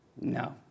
no